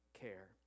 care